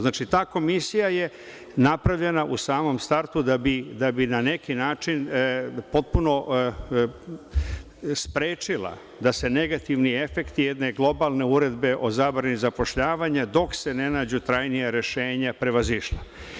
Znači, ta Komisija je napravljena u samom startu da bi na neki način potpuno sprečila da se negativni efekti jedne globalne uredbe o zabrani zapošljavanja, dok se ne nađu trajnija rešenja, prevazišla.